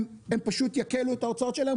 הם פשוט יקלו את ההוצאות שלהם?